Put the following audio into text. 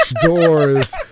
doors